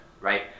right